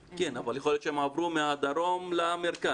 כן, אבל יכול להיות שהם עברו מהדרום למרכז.